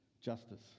Justice